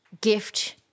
gift